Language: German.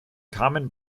kamen